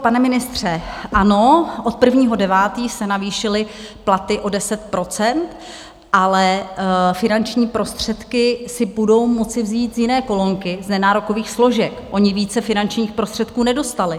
Pane ministře, ano, od 1. 9. se navýšily platy o 10 %, ale finanční prostředky si budou muset vzít z jiné kolonky nenárokových složek, oni více finančních prostředků nedostali.